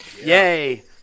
Yay